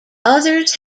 others